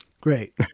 great